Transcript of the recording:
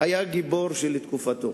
היה גיבור של תקופתו.